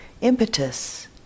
impetus